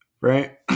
right